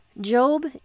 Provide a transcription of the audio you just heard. Job